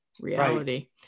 reality